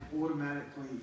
automatically